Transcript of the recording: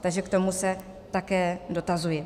Takže k tomu se také dotazuji.